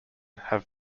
have